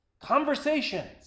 conversations